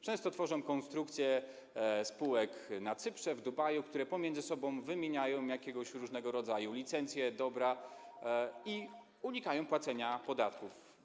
Często tworzą konstrukcje spółek na Cyprze, w Dubaju, które pomiędzy sobą wymieniają różnego rodzaju licencje, dobra i unikają płacenia podatków.